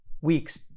weeks